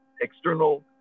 external